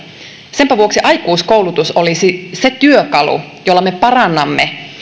senpä vuoksi aikuiskoulutus olisi se työkalu jolla me parantaisimme